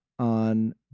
on